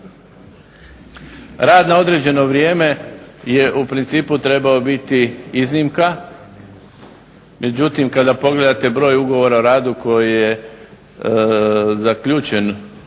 Rad na određeno vrijeme je u principu trebao biti iznimka, međutim kada pogledate broj ugovora o radu koji je zaključen